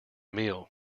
meal